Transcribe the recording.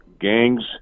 gangs